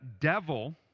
devil